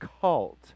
cult